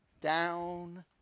down